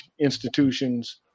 institutions